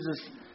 Jesus